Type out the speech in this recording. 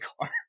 car